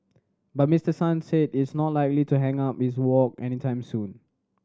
but Mister Sang said is not likely to hang up his wok anytime soon